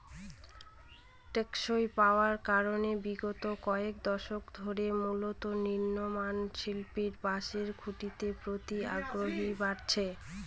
টেকসই হওয়ার কারনে বিগত কয়েক দশক ধরে মূলত নির্মাণশিল্পে বাঁশের খুঁটির প্রতি আগ্রহ বেড়েছে